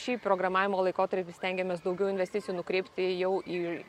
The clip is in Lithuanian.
šį programavimo laikotarpį stengiamės daugiau investicijų nukreipti jau į